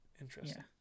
interesting